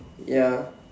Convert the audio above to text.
ya